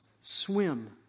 swim